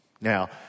Now